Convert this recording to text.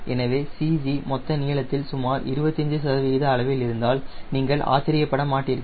எனவே CG மொத்த நீளத்தில் சுமார் 25 சதவிகித அளவில் இருந்தால் நீங்கள் ஆச்சரியப்பட மாட்டீர்கள்